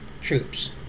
troops